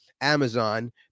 amazon